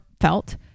felt